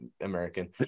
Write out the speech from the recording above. American